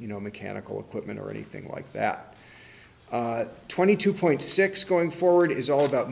you know mechanical equipment or anything like that twenty two point six going forward is all about